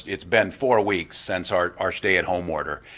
it's been four weeks since our our stay at home order.